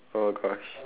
oh gosh